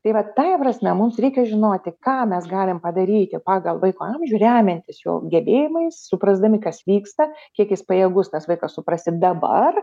tai va tąja prasme mums reikia žinoti ką mes galim padaryti pagal vaiko amžių remiantis jo gebėjimais suprasdami kas vyksta kiek jis pajėgus tas vaikas suprasti dabar